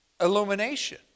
Illumination